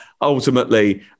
ultimately